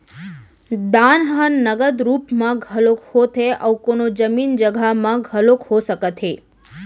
दान ह नगद रुप म घलोक होथे अउ कोनो जमीन जघा म घलोक हो सकत हे